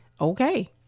okay